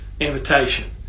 invitation